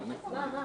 מה?